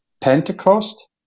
Pentecost